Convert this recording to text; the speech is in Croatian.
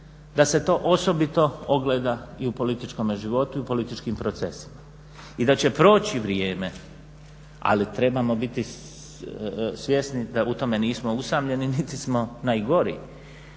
Da se to osobito ogleda i u političkome životu i u političkim procesima i da će proći vrijeme, ali trebamo biti svjesni da u tome nismo usamljeni niti smo najgori.